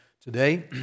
today